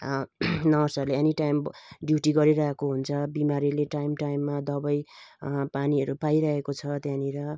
नर्सहरूले any time duty गरिरहेको हुन्छ बिमारीले टाइम टाइममा दबाई पानीहरू पाइरहेको छ त्यहाँनिर